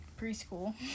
preschool